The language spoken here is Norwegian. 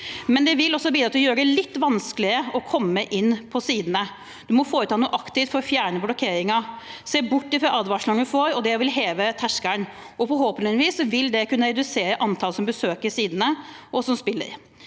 det vil også bidra til å gjøre det litt vanskeligere å komme inn på sidene. Du må foreta deg noe aktivt for fjerne blokkeringen og se bort fra advarslene du får. Det vil heve terskelen, og forhåpentligvis vil det kunne redusere antallet som besøker sidene, og som spiller.